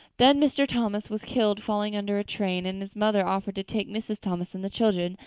then mr. thomas was killed falling under a train and his mother offered to take mrs. thomas and the children,